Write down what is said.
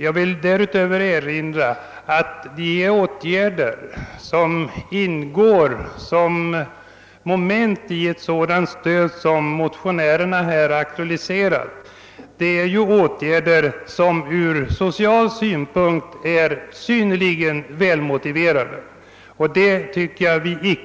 Jag vill därutöver påpeka att de åtgärder som motionärerna har aktualiserat är synnerligen välmotiverade från